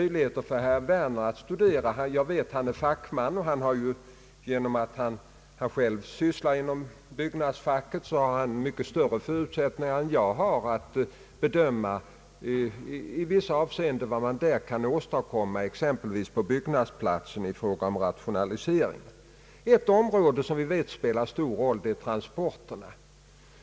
Jag vet att herr Werner är fackman — han arbetar själv inom byggnadsfacket — och han har därigenom mycket större förutsättningar än jag att bedöma vad man där i vissa avseenden kan åstadkomma, exempelvis i fråga om rationalisering på byggnadsplatserna. Ett område som vi vet spelar stor roll är transporterna.